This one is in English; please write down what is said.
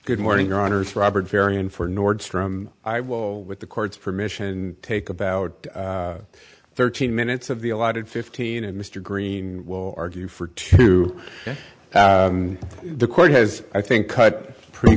good morning honors robert varian for nordstrom i will with the court's permission take about thirteen minutes of the allotted fifteen and mr green will argue for to the court has i think cut pretty